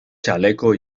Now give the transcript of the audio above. chaleco